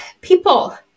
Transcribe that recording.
people